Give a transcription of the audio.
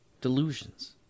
Delusions